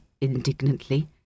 indignantly